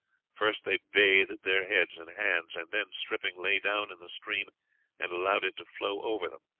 first they bathed their heads and hands, and then, stripping, lay down in the stream and allowed it to flow over them,